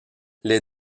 les